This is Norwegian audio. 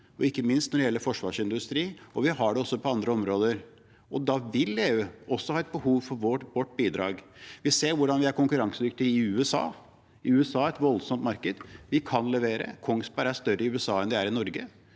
ikke minst når det gjelder forsvarsindustri, og vi har det også på andre områder. Da vil EU ha et behov for vårt bidrag. Vi ser hvordan vi er konkurransedyktige i USA – i USA, et voldsomt marked. Vi kan levere. Kongsberg er større i USA enn de er i Norge.